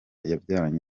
yabyaranye